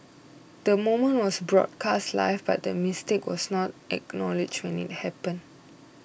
the moment was broadcast live but the mistake was not acknowledged when it happened